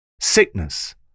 sickness